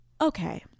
Okay